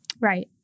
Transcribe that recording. Right